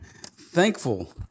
thankful